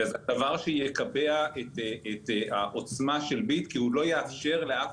וזה דבר שיקבע את העוצמה של "ביט" כי הוא לא יאפשר לאף